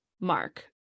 mark